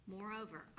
Moreover